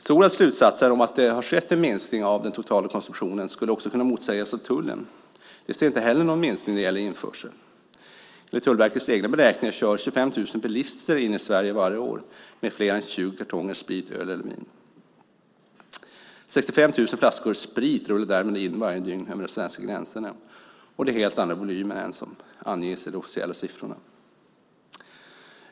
Sorads slutsatser om att det har skett en minskning av den totala konsumtionen skulle också kunna motsägas av tullen. Tullen ser inte heller någon minskning av införseln. Enligt Tullverkets egna beräkningar kör 25 000 bilister in i Sverige varje år med mer än 20 kartonger sprit, öl eller vin. 65 000 flaskor sprit rullar därmed in varje dygn över de svenska gränserna. Det är helt andra volymer än dem som anges i de officiella siffrorna.